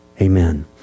Amen